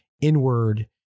inward